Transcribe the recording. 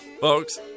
Folks